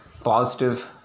positive